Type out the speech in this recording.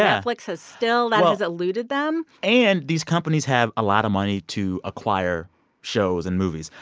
netflix has still that has eluded them and these companies have a lot of money to acquire shows and movies.